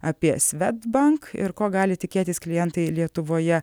apie svedbank ir ko gali tikėtis klientai lietuvoje